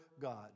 God